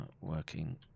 working